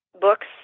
books